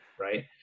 right